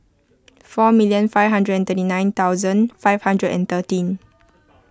four million five hundred and thirty nine thousand five hundred and thirteen